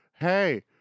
hey